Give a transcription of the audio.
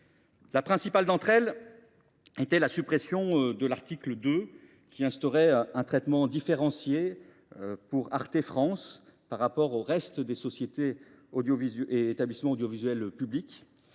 La principale d’entre elles est la suppression de l’article 2, qui instaurait un traitement différencié pour Arte France par rapport aux autres sociétés et établissements de l’audiovisuel public.